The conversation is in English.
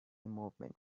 movement